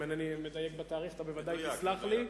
ואם אינני מדייק בתאריך אתה בוודאי תסלח לי,